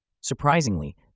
Surprisingly